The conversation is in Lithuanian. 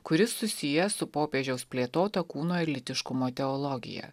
kuris susijęs su popiežiaus plėtota kūno ir lytiškumo teologija